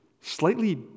slightly